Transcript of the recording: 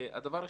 הדבר השני,